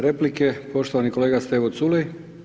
Replike poštovani kolega Stevo Culej.